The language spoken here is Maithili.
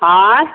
आँय